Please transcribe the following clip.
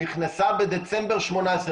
נכנסה בדצמבר 2018,